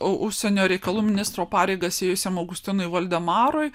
užsienio reikalų ministro pareigas ėjusiam augustinui voldemarui